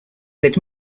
had